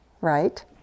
right